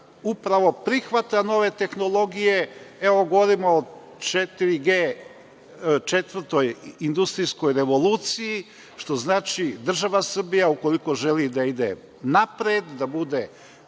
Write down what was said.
upravo prihvata nove tehnologije. Evo, govorimo o 4G, četvrtoj industrijskoj revoluciji, što znači, država Srbija, ukoliko želi da ide napred, da bude